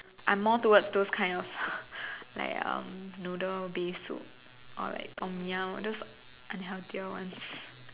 I'm more towards those kind of like um noodle based soup or like Tom-Yum or those unhealthier ones